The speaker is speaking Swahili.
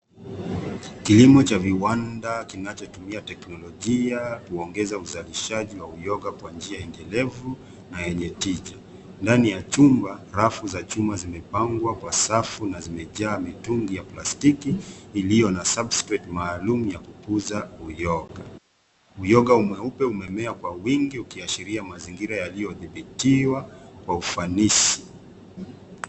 Kilimo cha viwanda kinachotumia teknolojia kuongeza uzalishaji wa uyoga kwa njia endelevu na yenye tija. Ndani ya chumba, rafu za chuma zimepangwa kwa safu na zimejaa mitungi ya plastiki iliyo na substrate maalum ya kukuza uyoga. Uyoga mweupe umemea kwa uwingi ukiashiria mazingira yaliyodhibitiwa kwa ufanisi.